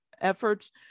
efforts